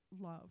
love